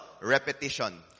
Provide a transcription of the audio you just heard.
repetition